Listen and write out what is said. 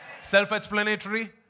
Self-explanatory